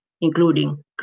including